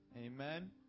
Amen